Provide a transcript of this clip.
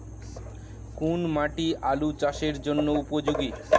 কোন মাটি আলু চাষের জন্যে উপযোগী?